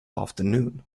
afternoon